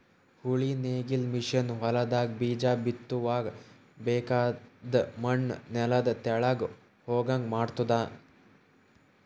ಉಳಿ ನೇಗಿಲ್ ಮಷೀನ್ ಹೊಲದಾಗ ಬೀಜ ಬಿತ್ತುವಾಗ ಬೇಕಾಗದ್ ಮಣ್ಣು ನೆಲದ ತೆಳಗ್ ಹೋಗಂಗ್ ಮಾಡ್ತುದ